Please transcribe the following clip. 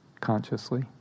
consciously